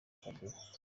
kabila